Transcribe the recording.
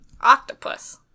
octopus